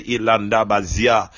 Ilandabazia